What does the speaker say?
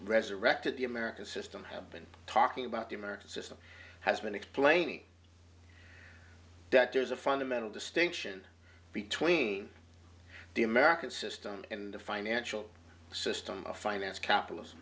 resurrected the american system have been talking about the american system has been explaining that there's a fundamental distinction between the american system and the financial system of finance capitalism